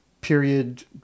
period